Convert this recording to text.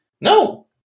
No